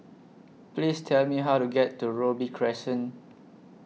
Please Tell Me How to get to Robey Crescent